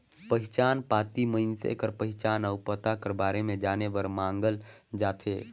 पहिचान पाती मइनसे कर पहिचान अउ पता कर बारे में जाने बर मांगल जाथे